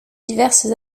diverses